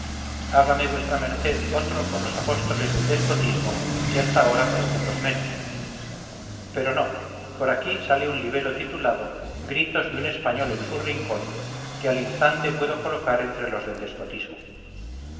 hágame vuestra merced otro con los apóstoles del despotismo que hasta ahora parecen los menos pero no por aquí sale un libelo titulado gritos de un español en su rincón que al instante puedo colocar entre los del despotismo